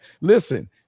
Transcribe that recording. Listen